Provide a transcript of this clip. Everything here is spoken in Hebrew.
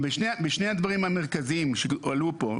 משני הדברים המרכזיים שעלו פה,